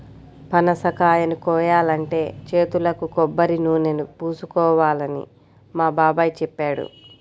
పనసకాయని కోయాలంటే చేతులకు కొబ్బరినూనెని పూసుకోవాలని మా బాబాయ్ చెప్పాడు